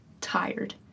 tired